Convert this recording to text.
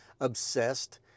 obsessed